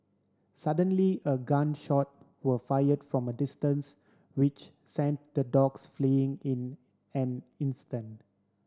suddenly a gun shot were fired from a distance which sent the dogs fleeing in an instant